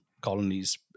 colonies